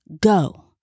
go